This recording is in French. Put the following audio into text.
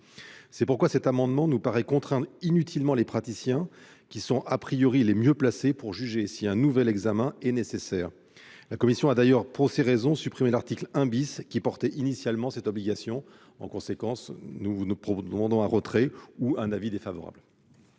C'est pourquoi cet amendement nous paraît contraindre inutilement les praticiens, qui sont les mieux placés pour juger si un nouvel examen est nécessaire. La commission a d'ailleurs, pour ces raisons, supprimé l'article 1 , qui comportait à l'origine cette obligation. En conséquence, nous demandons le retrait de l'amendement